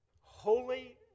holy